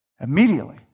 Immediately